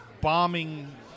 bombing